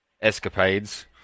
escapades